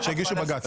שיגישו בג"ץ.